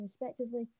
respectively